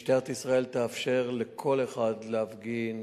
משטרת ישראל תאפשר לכל אחד להפגין,